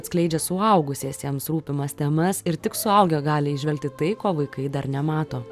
atskleidžia suaugusiesiems rūpimas temas ir tik suaugę gali įžvelgti tai ko vaikai dar nemato